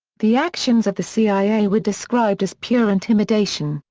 the actions of the cia were described as pure intimidation,